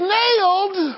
nailed